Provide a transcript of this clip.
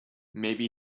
maybe